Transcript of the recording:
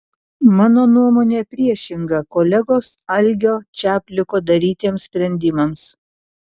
mano nuomonė priešinga kolegos algio čapliko darytiems sprendimams